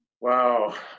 Wow